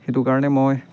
সেইটো কাৰণে মই